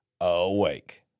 awake